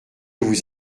vous